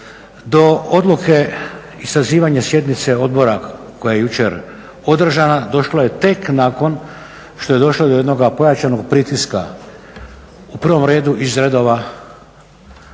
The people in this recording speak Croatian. Do odluke i sazivanje sjednice odbora koja je jučer održana došlo je tek nakon što je došlo do jednoga pojačanog pritiska u prvom redu iz redova